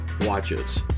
Watches